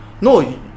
no